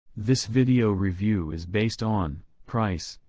this video review is based on price,